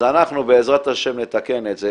אז אנחנו בעזרת ה' נתקן את זה.